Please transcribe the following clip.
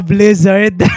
Blizzard